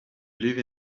live